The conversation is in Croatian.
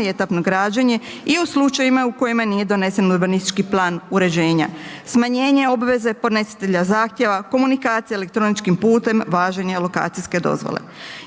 i etapno građenje i u slučajevima u kojima nije donesen urbanistički plan uređenje, smanjenja obveze podnositelja zahtjeva, komunikacija elektroničkim putem, važenje lokacijske dozvole.